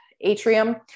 atrium